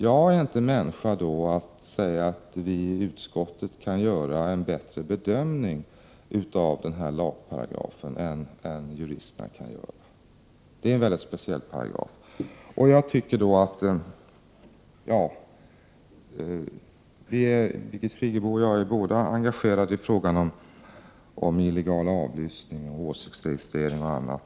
Jag är då inte människa att säga att vi i utskottet kan göra en bättre bedömning av denna lagparagraf än juristerna kan göra. Det är en väldigt speciell paragraf. Birgit Friggebo och jag är båda engagerade i frågan om illegal avlyssning och om åsiktsregistrering och annat.